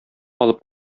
алып